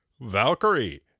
Valkyrie